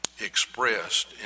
expressed